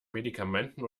medikamenten